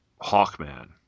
Hawkman